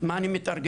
מה אני אתארגן?